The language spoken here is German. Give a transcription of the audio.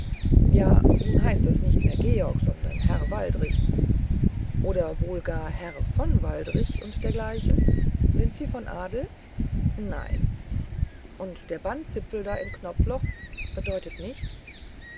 ja nun heißt es nicht mehr georg sondern herr waldrich oder wohl gar herr von waldrich und dergleichen sind sie von adel nein und der bandzipfel da im knopfloch bedeutet nichts